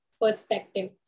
perspective